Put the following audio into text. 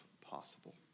possible